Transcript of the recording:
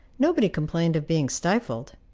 nobody complained of being stifled.